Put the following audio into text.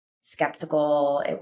skeptical